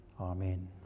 Amen